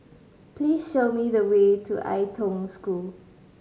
please show me the way to Ai Tong School